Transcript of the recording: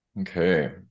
Okay